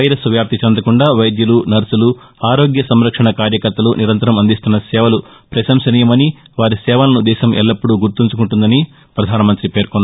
virus వ్యాప్తి చెందకుండా వైద్యులు నర్సులు ఆరోగ్య సంరక్షణ కార్యకర్తలు నిరంతరం అందిస్తున్న సేవలు ప్రపశంసనీయమని వారి సేవలను దేశం ఎల్లప్పుడూ గుర్తుంచుకుంటుందని ప్రధాన మంతి పేర్కొన్నారు